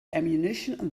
ammunition